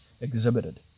exhibited